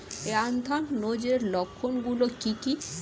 Anthracnose এর লক্ষণ গুলো কি কি?